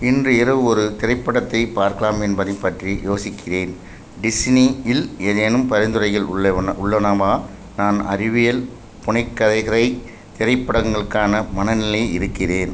இன்று இரவு ஒரு திரைப்படத்தை பார்க்கலாம் என்பதை பற்றி யோசிக்கிறேன் டிஸ்னி இல் ஏதேனும் பரிந்துரைகள் உள்ளன உள்ளனவா நான் அறிவியல் புனைக்கதைகளை திரைப்படங்களுக்கான மனநிலையில் இருக்கிறேன்